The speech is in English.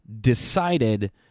decided